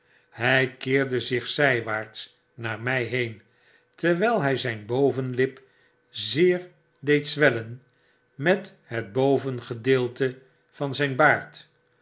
hij keerde zich zjjwaarts naar mij heen terwyl hy zijn bovenlip zeer deed zwellen met het bovengedeelte van zgn baard